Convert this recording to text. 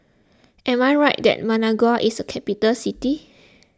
am I right that Managua is a capital city